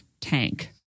tank